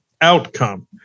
outcome